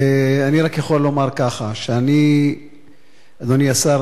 אני רק יכול לומר ככה: אדוני השר,